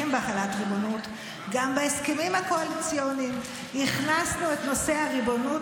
גם בהסכמים הקואליציוניים הכנסנו את נושא הריבונות